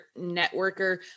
networker